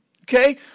okay